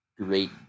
Great